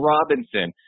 Robinson